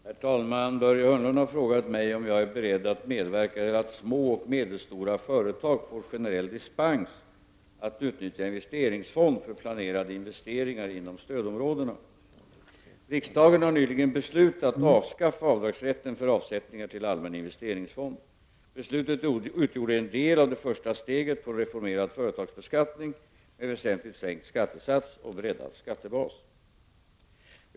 Herr talman! Börje Hörnlund har frågat mig om jag är beredd att medverka till att små och medelstora företag får generell dispens att utnyttja investeringsfond för planerade investeringar inom stödområdena. Riksdagen har nyligen beslutat avskaffa avdragsrätten för avsättningar till allmän investeringsfond. Beslutet utgjorde en del av det första steget på en reformerad företagsbeskattning med väsentligt sänkt skattesats och breddad skattebas .